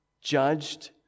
judged